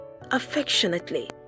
affectionately